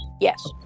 Yes